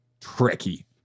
tricky